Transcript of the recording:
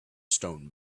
stone